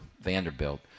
Vanderbilt